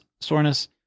soreness